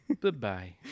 goodbye